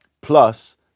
plus